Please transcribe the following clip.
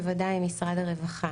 בוודאי משרד הרווחה.